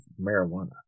marijuana